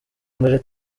mbere